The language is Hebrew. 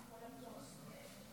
מכובדי היושב-ראש,